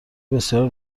بسیار